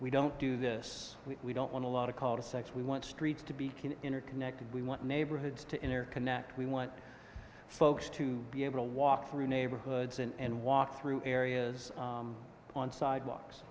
we don't do this we don't want a lot of call to sex we want streets to be can interconnected we want neighborhoods to inner connect we want folks to be able to walk through neighborhoods and walk through areas on sidewalks